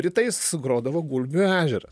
rytais grodavo gulbių ežerą